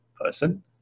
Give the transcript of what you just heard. person